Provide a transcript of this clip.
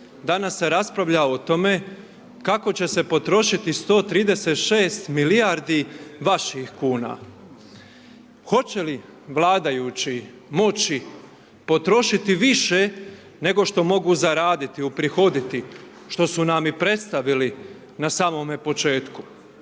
Danas se raspravlja o tome kako će se potrošiti 136 milijardi vaših kuna. Hoće li vladajući moći potrošiti više, nego što mogu zaraditi, uprihoditi, što nam i predstavili na samome početku.